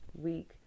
week